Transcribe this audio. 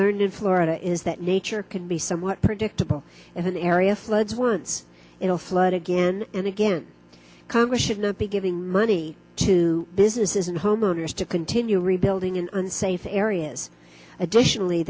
learned in florida is that nature can be somewhat predictable as an area floods once in a flood again and again congress should not be giving money to businesses and homeowners to continue rebuilding an unsafe areas additionally